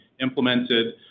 implemented